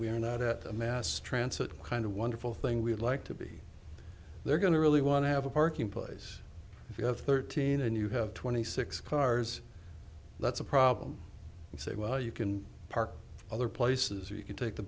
we are not at a mass transit kind of wonderful thing we'd like to be they're going to really want to have a parking place if you have thirteen and you have twenty six cars that's a problem and say well you can park other places or you can take the